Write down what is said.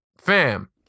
Fam